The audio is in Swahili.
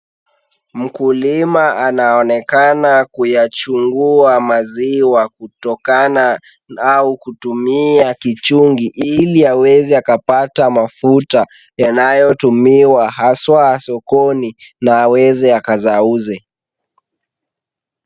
Mkulima anaonekana kuyachunga maziwa kutokana au kutumia kichungi, ili aweze akapata mafuta yanayotumiwa haswa sokoni na aweze akayauze.